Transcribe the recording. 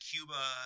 Cuba